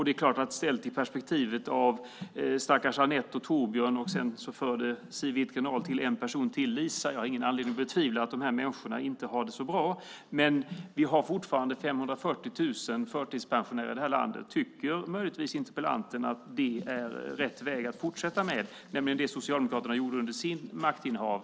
Det är klart att man kan ställa det i perspektivet av stackars Anette och Torbjörn och även Lisa, som Siw Wittgren-Ahl förde till. Jag har ingen anledning att betvivla att de här människorna inte har det så bra. Men vi har fortfarande 540 000 förtidspensionärer i det här landet. Tycker möjligtvis interpellanten att det är rätt väg att fortsätta med det som Socialdemokraterna gjorde under sitt maktinnehav?